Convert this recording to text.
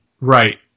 Right